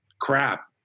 crap